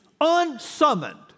unsummoned